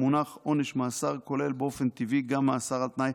המונח "עונש מאסר" כולל באופן טבעי גם מאסר על תנאי.